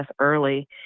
early